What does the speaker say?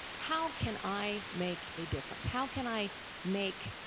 how can i make a difference? how can i make,